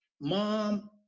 mom